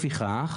לפיכך,